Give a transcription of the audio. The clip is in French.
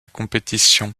compétition